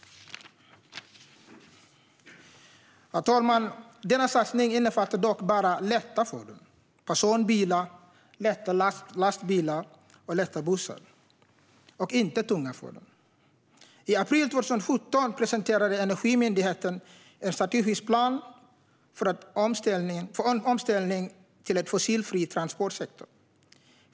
Herr talman! Denna satsning innefattar dock bara lätta fordon - personbilar, lätta lastbilar och lätta bussar - och inte tunga fordon. I april 2017 presenterade Energimyndigheten en strategisk plan för omställning till en fossilfri transportsektor.